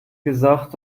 gesagt